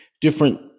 different